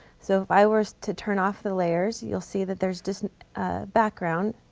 so if i was to turn off the layers, you'll see that there's just a background.